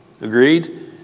Agreed